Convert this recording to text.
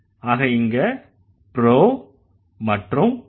ஆக இங்க pro மற்றும் N